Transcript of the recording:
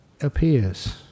appears